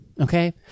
okay